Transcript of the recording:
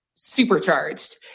Supercharged